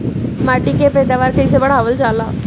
माटी के पैदावार कईसे बढ़ावल जाला?